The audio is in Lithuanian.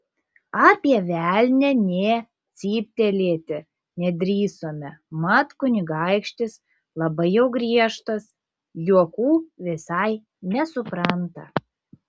apie velnią nė cyptelėti nedrįsome mat kunigaikštis labai jau griežtas juokų visai nesupranta